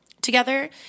together